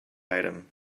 item